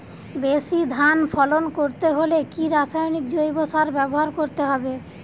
বেশি ধান ফলন করতে হলে কি রাসায়নিক জৈব সার ব্যবহার করতে হবে?